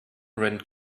rent